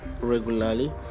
regularly